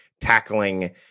tackling